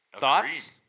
Thoughts